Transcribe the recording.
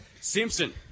Simpson